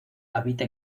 habita